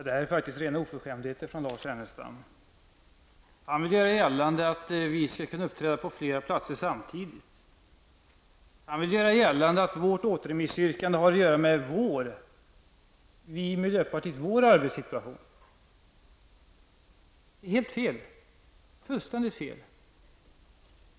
Herr talman! Detta är rena oförskämdheter från Lars Ernestam. Han vill göra gällande att vi skulle kunna uppträda på flera platser samtidigt och att vårt återremissyrkande har att göra med arbetssituationen i miljöpartiet. Det är fullständigt fel.